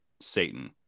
satan